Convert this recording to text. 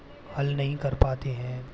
हल नहीं कर पाते हैं